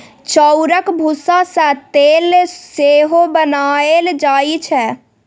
चाउरक भुस्सा सँ तेल सेहो बनाएल जाइ छै